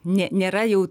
nė nėra jau